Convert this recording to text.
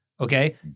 okay